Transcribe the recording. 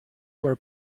were